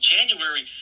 January